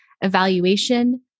evaluation